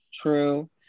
true